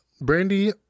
Brandy